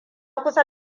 kusa